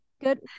good